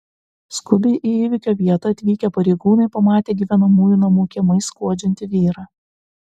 skubiai į įvykio vietą atvykę pareigūnai pamatė gyvenamųjų namų kiemais skuodžiantį vyrą